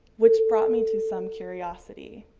which brought me to some curiosity.